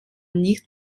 nicht